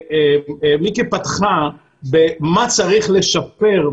מיקי פתחה במה צריך לשפר,